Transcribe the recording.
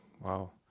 wow